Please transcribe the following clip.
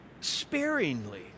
sparingly